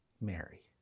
Mary